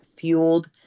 fueled